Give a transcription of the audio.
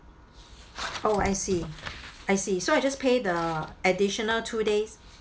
oh I see I see so I just pay the additional two days